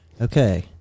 Okay